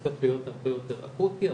הוא הופך להיות הרבה יותר אקוטי,